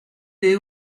des